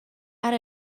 add